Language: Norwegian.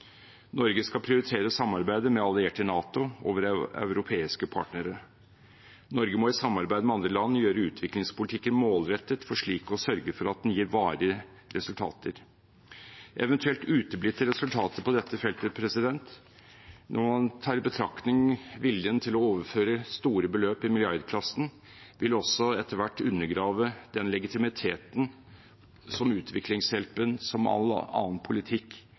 Norge skal prioritere samarbeidet med allierte i NATO over europeiske partnere. Norge må i samarbeid med andre land gjøre utviklingspolitikken målrettet for slik å sørge for nye, varige resultater. Eventuelt uteblitte resultater på dette feltet når man tar i betraktning viljen til å overføre store beløp i milliardkronersklassen, vil også etter hvert undergrave den legitimiteten som utviklingshjelpen, som all annen politikk,